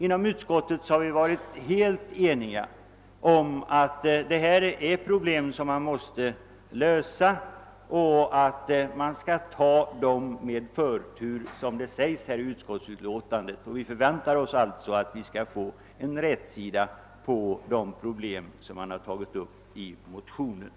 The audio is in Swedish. Inom utskottet har vi som sagt varit helt eniga om att detta är problem som måste lösas med förtur och vi förväntar oss alltså att vi skall få rätsida på de problem som har tagits upp i motionerna.